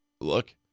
Look